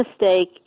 mistake